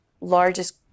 largest